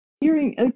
hearing